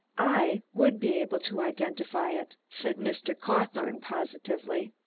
i would be able to identify it, said mr. cawthorne positively.